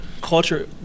Culture